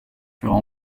ferai